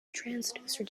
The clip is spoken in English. transducer